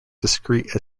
discreet